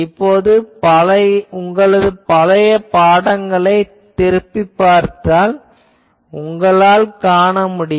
இப்போது உங்களது பழைய பாடங்களைப் பார்த்தால் உங்களால் காண முடியும்